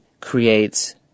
creates